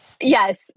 yes